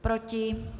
Proti?